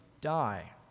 die